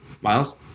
Miles